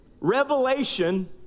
revelation